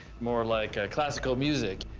more like classical music.